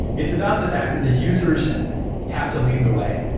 it's about the fact that the users have to lead the way.